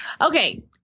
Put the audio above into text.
Okay